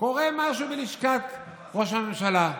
קורה משהו בלשכת ראש הממשלה.